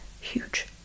huge